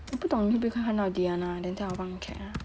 我不懂 hana or diana then 将我帮 get ah